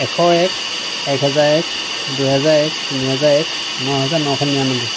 এশ এক এক হাজাৰ এক দুহেজাৰ এক তিনি হেজাৰ এক নহাজাৰ নশ নিৰান্নবৈ